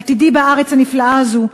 עתידי בארץ הנפלאה הזאת,